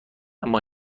اما